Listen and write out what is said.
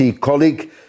colleague